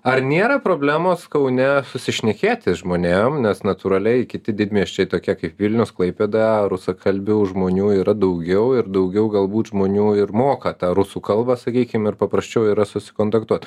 ar nėra problemos kaune susišnekėti žmonėm nes natūraliai kiti didmiesčiai tokie kaip vilnius klaipėda rusakalbių žmonių yra daugiau ir daugiau galbūt žmonių ir moka tą rusų kalbą sakykim ir paprasčiau yra susikontaktuot